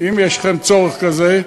אם יש לכם צורך כזה,